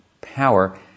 power